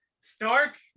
Stark